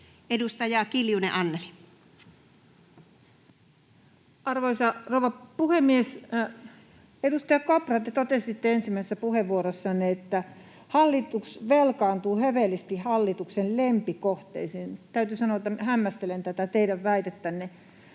Edustaja Kiljunen Anneli. Arvoisa rouva puhemies! Edustaja Kopra, te totesitte ensimmäisessä puheenvuorossanne, että hallitus velkaantuu hövelisti hallituksen lempikohteiden vuoksi. Täytyy sanoa, että hämmästelen tätä teidän väitettänne.